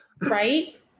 Right